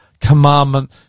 commandment